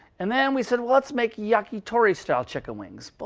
and then we said, let's make yakitori style chicken wings. but